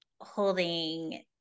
holding